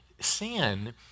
Sin